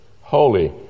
holy